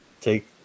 Take